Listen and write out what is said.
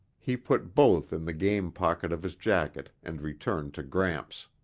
he put both in the game pocket of his jacket and returned to gramps.